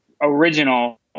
original